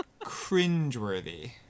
cringeworthy